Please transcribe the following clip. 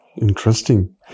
Interesting